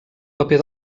paper